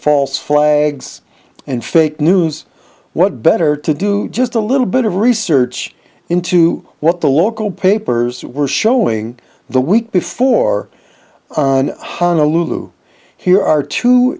false flags and fake news what better to do just a little bit of research into what the local papers were showing the week before the lou here are two